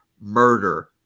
murder